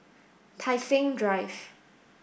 Tai Seng Drive